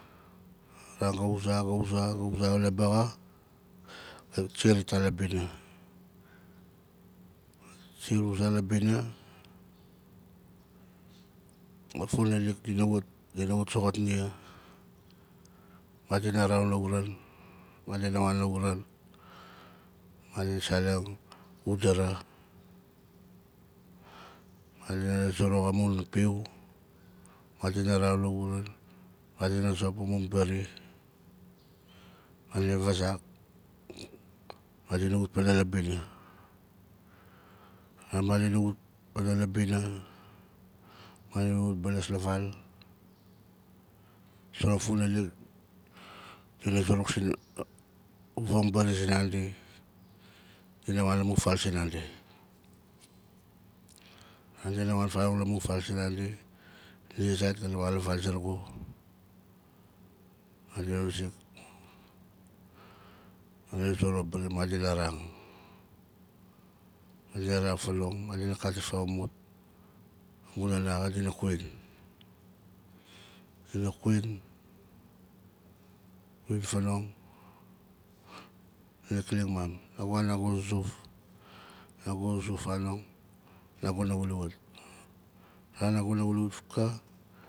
Aran ga uza, ga uza, ga uza ga labaa xa gai si ita la bina siar wuza la bina amut funalik di na wat- di na wat soxot nia madina raun lauran madin wan lauran madina saleng udara madina zuruk amun piu madina raun lauran madina zop amun baari madina vaazak madina wat panaa la bina madina wat panaa la bina madina wat baalasa val a zonon funalik di na zuruk vang baari zinandi dina wan la mun fal sinandi a ran dina wan fanong la mun fal zinandi nia zait ga na wan la mun val zurugu madina wizik madina zuruk a baari madina raang madina raang fanong madina katim faamumut amun nana xa dina kwin dina kwin kwin faanong dina kling mam naguna zuzuf fanong naguna wuli wat a ran naguna wuli wat ka